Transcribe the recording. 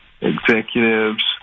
executives